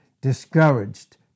discouraged